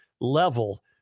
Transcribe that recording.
level